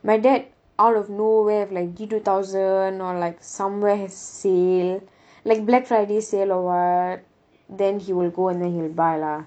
my dad out of nowhere like G two thousand or like somewhere have sale like black friday sale or what then he will go and then he will buy lah